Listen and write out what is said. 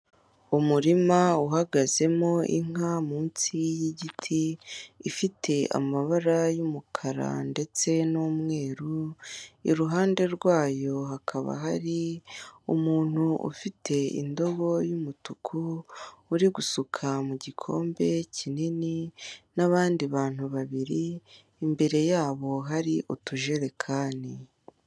Umurima uhagazemo inka munsi y'igiti ifite amabara y'umukara ndetse n'umweru, iruhande rwayo hakaba hari umuntu ufite indobo y'umutuku uri gusuka mu gikombe kinini n'abandi bantu babiri imbere yabo hari utujerekani.